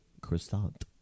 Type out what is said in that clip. croissant